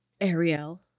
Ariel